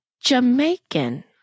Jamaican